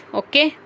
okay